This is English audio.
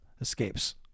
escapes